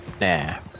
Nah